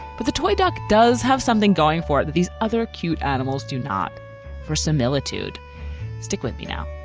but the toy duck does have something going for it that these other cute animals do not for similitude stick with me now.